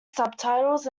subtitles